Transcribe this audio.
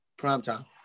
Primetime